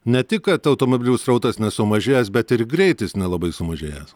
ne tik kad automobilių srautas nesumažėjęs bet ir greitis nelabai sumažėjęs